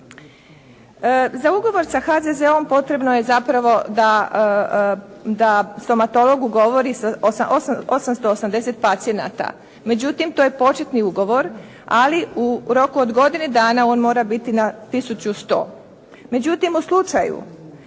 Za ugovor sa HZZO-om potrebno je zapravo da stomatolog ugovori 880 pacijenata. Međutim to je početni ugovor ali u roku od godine dana on mora biti na 1100. Međutim u slučaju